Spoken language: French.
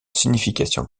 signification